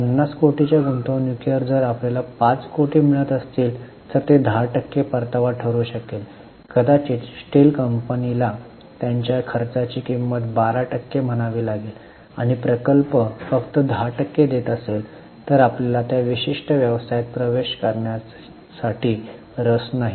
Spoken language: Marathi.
50 कोटींच्या गुंतवणूकीवर जर आपल्याला 5 कोटी रुपये मिळत असतील तर ते १० टक्के परतावा ठरू शकेल कदाचित स्टील कंपनीला त्यांच्या खर्चाची किंमत १२ टक्के म्हणावी लागेल आणि प्रकल्प फक्त १० टक्के देत असेल तर आपल्याला त्या विशिष्ट व्यवसायात प्रवेश करण्यासाठी रस नाही